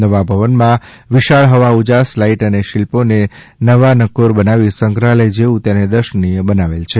નવા ભવનમાં વિશાળ હવા ઉજાશ લાઇટ અને શીલ્પોને નવાનકોર બનાવી સંગ્રહાલય જેવુ તેને દર્શનીય બનાવેલ છે